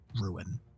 ruin